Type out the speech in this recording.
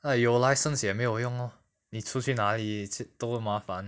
!aiyo! license 也没有用 lor 你出去哪里都麻烦